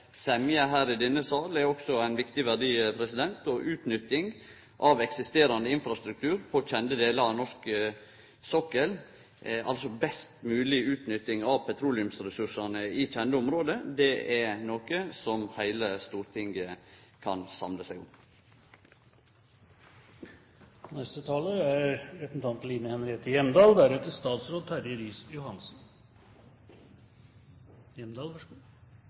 semje her i denne salen, er også ein viktig verdi. Utnytting av eksisterande infrastruktur på kjende delar av norsk sokkel er altså best mogleg utnytting av petroleumsressursane i kjende område. Det er noko som heile Stortinget kan samle seg om. Vi har i dag til behandling utbygging og drift av Gudrun-feltet. Saksordføreren gikk gjennom komitéinnstillingen på en god